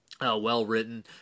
well-written